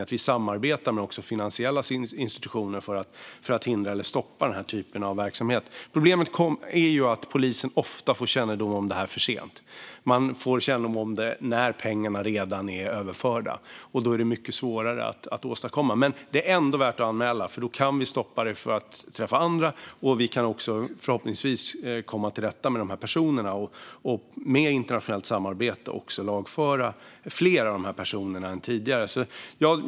Man ska samarbeta också med finansiella institutioner för att hindra eller stoppa den här typen av verksamhet. Problemet är att polisen ofta får kännedom om det här för sent. De får kännedom om det när pengarna redan är överförda, och då är det mycket svårare att åstadkomma något. Men det är ändå värt att anmäla, för då kan vi stoppa detta från att drabba andra. Vi kan förhoppningsvis komma till rätta med de här personerna och med internationellt samarbete också lagföra fler av dem än tidigare.